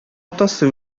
атасы